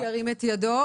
ירים את ידו.